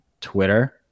Twitter